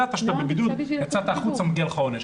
אם ידעת שאתה בבידוד ויצאת החוצה מגיע לך עונש.